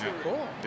Cool